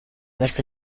verso